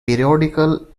periodical